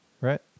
right